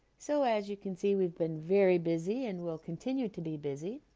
so as you can see we've been very busy and will continue to be busy